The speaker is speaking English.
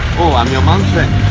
i'm your mom's friend